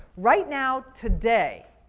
right now, today,